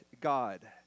God